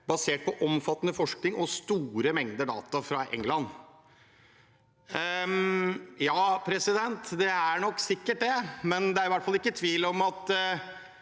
basert på omfattende forskning og store mengder data fra England. Ja, den er nok sikkert det, men det er i hvert fall ikke tvil om at